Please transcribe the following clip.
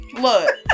Look